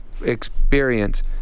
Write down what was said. experience